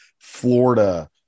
Florida